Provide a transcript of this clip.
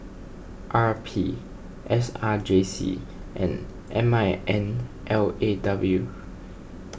R P S R J C and M I N L A W